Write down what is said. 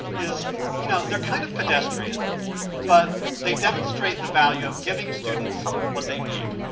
is you know they're kind of pedestrian but they demonstrate the value of giving students what they need.